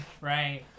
right